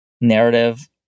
narrative